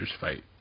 fight